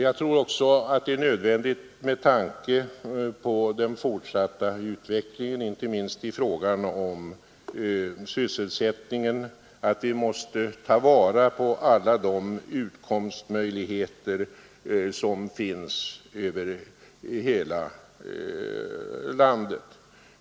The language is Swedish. Jag tror också att det är nödvändigt med tanke på den fortsatta utvecklingen, inte minst i fråga om sysselsättningen, att ta vara på alla de utkomstmöjligheter som finns över hela landet.